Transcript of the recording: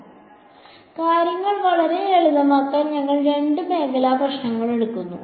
അതിനാൽ കാര്യങ്ങൾ വളരെ ലളിതമാക്കാൻ ഞങ്ങൾ രണ്ട് മേഖലാ പ്രശ്നം എടുക്കാൻ പോകുന്നു